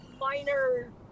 minor